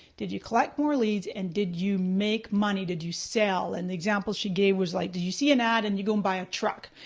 did you collect more leads and did you make money, did you sell? and the example she gave was like did you see an ad and you go and buy a truck?